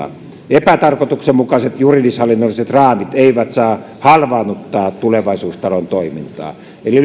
epätarkoituksenmukaiset juridishallinnolliset raamit eivät saa halvaannuttaa tulevaisuustalon toimintaa eli lyhyesti